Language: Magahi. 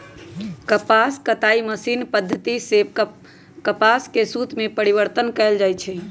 कपास कताई मशीनी पद्धति सेए कपास के सुत में परिवर्तन कएल जाइ छइ